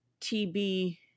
TB